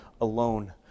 alone